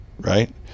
right